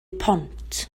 pont